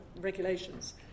regulations